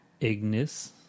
Ignis